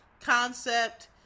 concept